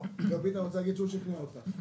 דוד, אני רוצה להגיד שהוא שכנע אותך עכשיו.